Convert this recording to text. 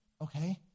okay